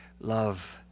Love